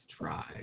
try